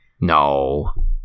No